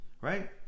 right